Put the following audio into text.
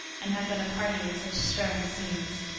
and have been a party in such stirring scenes.